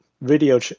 video